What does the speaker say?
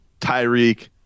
Tyreek